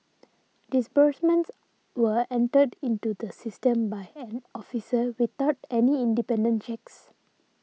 disbursements were entered into the system by an officer without any independent checks